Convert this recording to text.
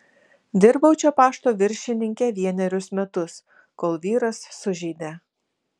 dirbau čia pašto viršininke vienerius metus kol vyras sužeidė